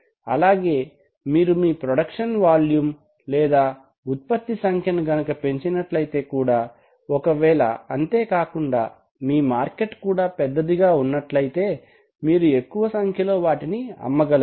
అలాగే మీరు మీ ప్రొడక్షన్ వాల్యూం లేదా ఉత్పత్తి సంఖ్యని గనక పెంచినట్లయితే కూడా ఒకవేళ అంతేకాకుండా మీ మార్కెట్ కూడా పెద్దదిగా ఉన్నట్లయితే మీరు ఎక్కువ సంఖ్యలో వాటిని అమ్మగలరు